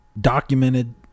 documented